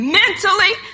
mentally